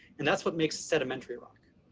and that's what makes a sedimentary rock.